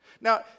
Now